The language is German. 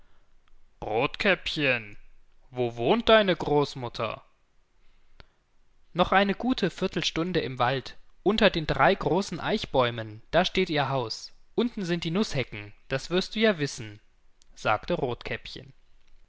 rothkäppchen wo wohnt deine großmutter noch eine gute viertelstunde im wald unter den drei großen eichbäumen das steht ihr haus unten sind die nußhecken das wirst du ja wissen sagte rothkäppchen